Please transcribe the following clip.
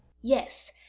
Yes